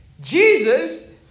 Jesus